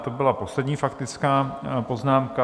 To byla poslední faktická poznámka.